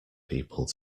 people